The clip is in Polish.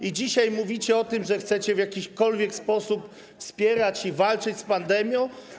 I dzisiaj mówicie o tym, że chcecie w jakikolwiek sposób wspierać, walczyć z pandemią?